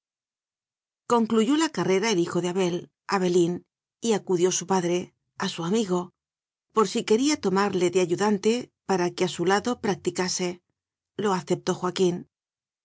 concluyó la carrera el hijo de abel abelín y acudió su padre a su amigo por si quería tomarle de ayudante para que a su lado prac ticase lo aceptó joaquín